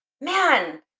man